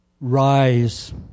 Rise